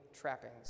trappings